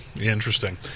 Interesting